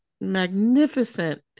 magnificent